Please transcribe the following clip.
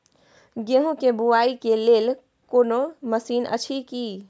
गेहूँ के बुआई के लेल कोनो मसीन अछि की?